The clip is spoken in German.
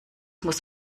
muss